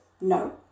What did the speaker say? no